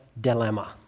dilemma